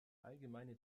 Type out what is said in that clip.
allgemeine